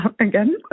again